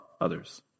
others